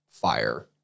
fire